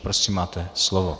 Prosím, máte slovo.